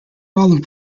olive